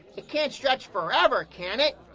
it can't stretch forever, can it?